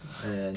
and